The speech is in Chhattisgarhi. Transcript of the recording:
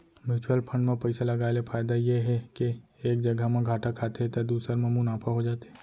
म्युचुअल फंड म पइसा लगाय ले फायदा ये हे के एक जघा म घाटा खाथे त दूसर म मुनाफा हो जाथे